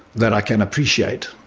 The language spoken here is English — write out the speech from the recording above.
that i can appreciate.